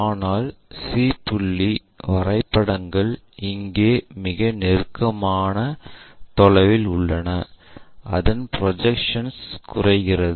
ஆனால் C புள்ளி வரைபடங்கள் இங்கே மிக நெருக்கமான தொலைவில் உள்ளன அதன் ப்ரொஜெக்ஷன் குறைகிறது